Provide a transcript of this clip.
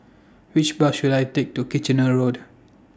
Which Bus should I Take to Kitchener Road